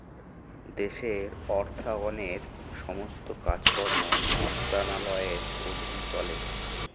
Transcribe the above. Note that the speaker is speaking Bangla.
দেশের অর্থায়নের সমস্ত কাজকর্ম মন্ত্রণালয়ের অধীনে চলে